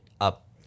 up